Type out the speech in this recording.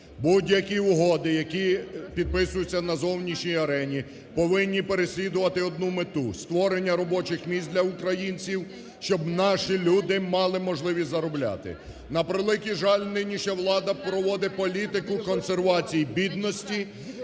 Будь-які угоди, які підписуються на зовнішній арені, повинні переслідувати одну мету – створення робочих місць для українців, щоб наші люди мали можливість заробляти. На превеликий жаль, нинішня влада проводить політику консервації бідності